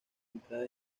entrada